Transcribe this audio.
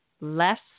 less